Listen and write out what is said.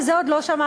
שאת זה עוד לא שמעתי.